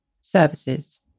Services